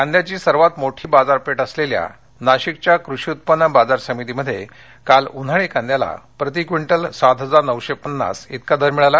कांद्याची सर्वात मोठी बाजारपेठ असलेल्या नाशिकच्या कृषी उत्पन्न बाजार समितीमध्ये काल उन्हाळी कांद्याला प्रति क्विंटल सात हजार नऊशे पन्नास इतका दर मिळाला